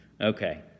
Okay